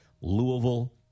Louisville